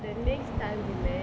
the next time we met